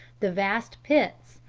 the vast pits,